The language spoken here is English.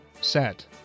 set